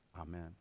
Amen